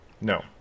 No